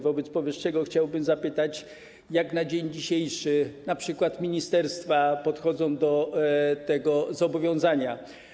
Wobec powyższego chciałbym zapytać, jak na dzień dzisiejszy np. ministerstwa podchodzą do tego zobowiązania.